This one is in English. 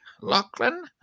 Lachlan